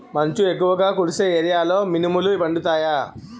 మంచు ఎక్కువుగా కురిసే ఏరియాలో మినుములు పండుతాయా?